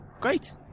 great